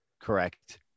correct